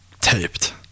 taped